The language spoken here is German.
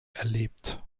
erlebt